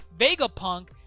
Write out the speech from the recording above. Vegapunk